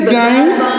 guys